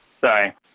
Sorry